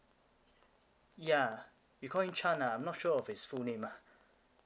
yeah we call him chan ah I'm not sure of his full name ah